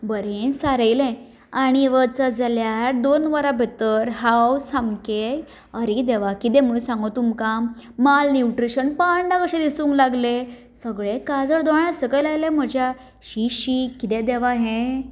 बरें सारयलें आणी वचत जाल्यार दोन वरां भितर हांव सामकें आरे देवा कितें म्हणू सांगूं तुमकां मालन्युट्रिशन पांडा कशें दिसूंक लागलें सगळें काजळ दोळ्या सकयल आयलें म्हज्या शी शी कितें देवा हें